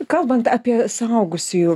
kalbant apie saaugusiųjų